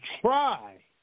try